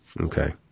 Okay